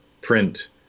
print